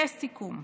לסיכום: